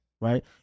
right